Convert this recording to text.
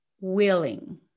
Willing